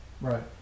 Right